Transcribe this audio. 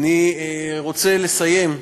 אני רוצה לסיים,